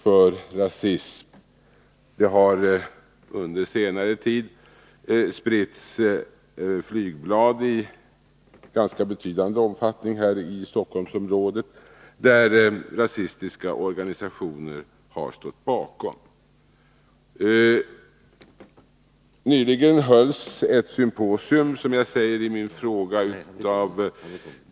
I tider av ekonomisk kris finns en bättre grogrund för rasistiska organisationer att växa sig starka. En skärpt beredskap är behövlig.